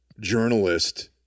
journalist